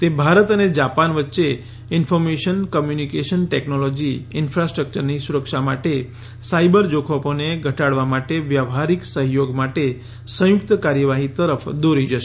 તે ભારત અને જાપાન વચ્ચે ઇન્ફર્મેશન કમ્યુનિકેશન ટેક્નોલોજી ઇન્ફાસ્ટ્રક્ચરની સુરક્ષા માટે સાયબર જોખમોને ઘટાડવા માટે વ્યવહારિક સહયોગ માટે સંયુક્ત કાર્યવાહી તરફ દોરી જશે